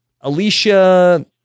alicia